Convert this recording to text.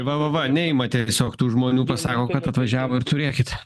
va va va neima tiesiog tų žmonių pasako kad atvažiavo ir turėkit